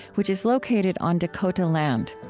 which is located on dakota land.